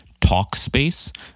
Talkspace